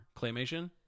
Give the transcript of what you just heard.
Claymation